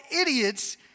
idiots